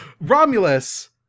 Romulus